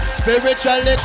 spiritually